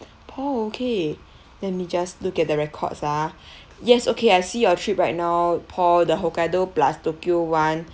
paul okay let me just look at the records ah yes okay I see your trip right now paul the hokkaido plus tokyo [one]